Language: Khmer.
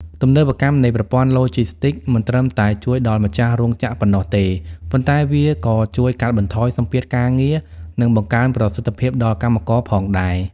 ទំនើបកម្មនៃប្រព័ន្ធឡូជីស្ទីក មិនត្រឹមតែជួយដល់ម្ចាស់រោងចក្រប៉ុណ្ណោះទេ ប៉ុន្តែវាក៏ជួយកាត់បន្ថយសម្ពាធការងារ និងបង្កើនប្រសិទ្ធភាពដល់កម្មករផងដែរ។